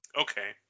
Okay